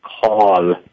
call